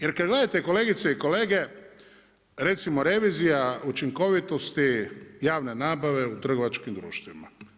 Jer kad gledate kolegice i kolege, recimo revizija učinkovitosti javne nabave u trgovačkim društvima.